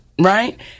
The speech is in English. right